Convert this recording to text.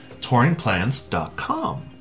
touringplans.com